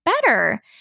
better